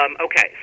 Okay